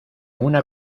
una